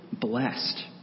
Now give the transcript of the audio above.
blessed